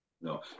No